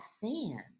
fan